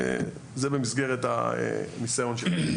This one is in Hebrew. זה במסגרת הניסיון שלי.